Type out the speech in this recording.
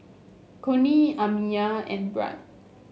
Cornie Amiyah and Brad